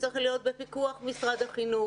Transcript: שצריך להיות בפיקוח משרד החינוך,